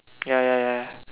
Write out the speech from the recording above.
ya ya ya ya